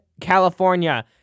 California